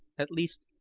at least,